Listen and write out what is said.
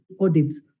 audits